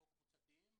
התשע"ז-2017.